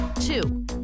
Two